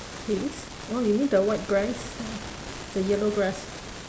hays oh you mean the white grass the yellow grass